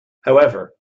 however